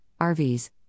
RVs